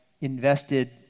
invested